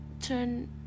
turn